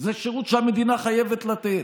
זה שירות שהמדינה חייבת לתת.